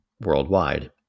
worldwide